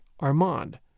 Armand